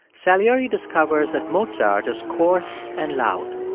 salieri discovers that mozart is coarse and loud.